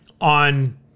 on